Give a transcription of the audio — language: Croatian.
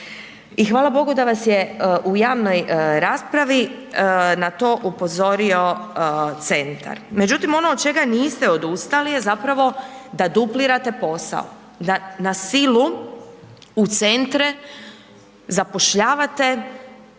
hvala bogu da vas je u javnoj raspravi na to upozorio centar. Međutim ono od čega niste odustali je zapravo da duplirate posao, da na silu u centre zapošljavate